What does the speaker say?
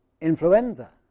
influenza